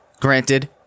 Granted